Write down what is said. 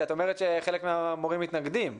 כי את אומרת שחלק מהמורים מתנגדים.